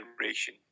generation